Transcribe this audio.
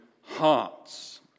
hearts